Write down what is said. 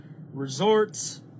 resorts